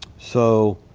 so,